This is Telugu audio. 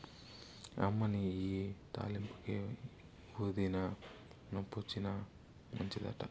అమ్మనీ ఇయ్యి తాలింపుకే, ఊదినా, నొప్పొచ్చినా మంచిదట